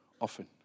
often